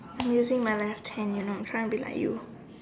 I'm using my left hand you know trying to be like you